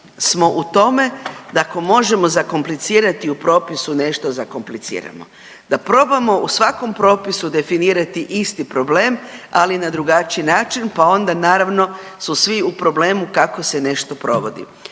smo u tome da ako možemo zakomplicirati u propisu nešto zakompliciramo, da probamo u svakom propisu definirati isti problem, ali na drugačiji način pa onda naravno su svi u problemu kako se nešto provodi.